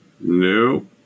No